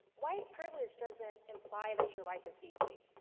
white privilege doesn't imply that your life is easy,